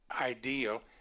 ideal